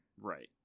Right